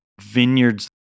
vineyards